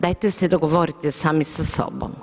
Dajte se dogovorite sami sa sobom.